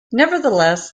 nevertheless